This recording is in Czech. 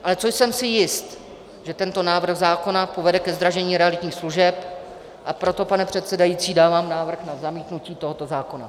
Ale čím jsem si jist, že tento návrh zákona povede ke zdražení realitních služeb, a proto, pane předsedající, dávám návrh na zamítnutí tohoto zákona.